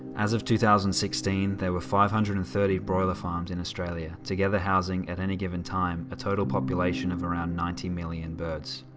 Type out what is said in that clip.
as of two thousand and sixteen, there were five hundred and thirty broiler farms in australia, together housing at any given time a total population of around ninety million birds.